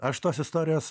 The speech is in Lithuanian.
aš tos istorijos